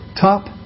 top